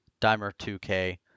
DIMER2K